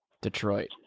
Detroit